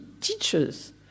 teachers